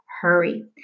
hurry